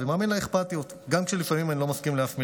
ומאמין לאכפתיות גם כשלפעמים אני לא מסכים עם אף מילה.